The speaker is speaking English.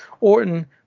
Orton